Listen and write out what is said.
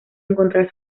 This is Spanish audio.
encontrar